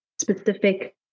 specific